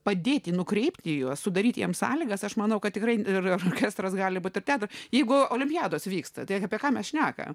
padėti nukreipti juos sudaryti jiems sąlygas aš manau kad tikrai ir chestras gali būti ir ten jeigu olimpiados vyksta tai apie ką mes šnekame